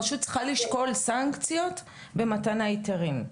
הרשות צריכה לשקול סנקציות במתן ההיתרים.